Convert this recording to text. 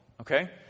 Okay